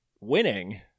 winning